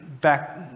back